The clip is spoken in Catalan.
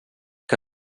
que